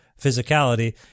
physicality